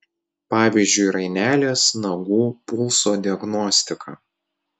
pavyzdžiui rainelės nagų pulso diagnostika